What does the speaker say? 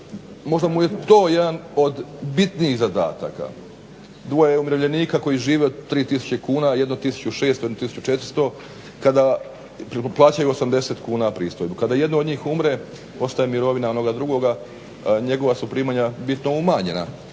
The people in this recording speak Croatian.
možda mu je to jedan od bitnih zadataka. Dvoje umirovljenika koji žive od 3000 kuna, jedno 1600, jedno 1400, plaćaju 80 kuna pristojbu. Kada jedno od njih umre ostaje mirovina onoga drugoga, njegova su primanja bitno umanjena,